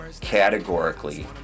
categorically